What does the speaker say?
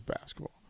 basketball